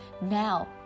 Now